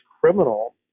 criminal